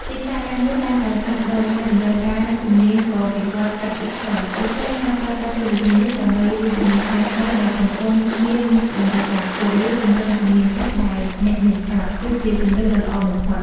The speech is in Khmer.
ទីផ្សារការងារតែងតែផ្លាស់ប្តូរ ហើយតម្រូវការជំនាញក៏វិវត្តន៍ឥតឈប់ឈរ ដូច្នេះការប្រើប្រាស់ពេលវេលានេះដើម្បីរៀនជំនាញថ្មីៗដែលកំពុងមានតម្រូវការខ្ពស់ ឬពង្រឹងជំនាញចាស់ដែលអ្នកមានស្រាប់ គឺជាជម្រើសដ៏ល្អបំផុត។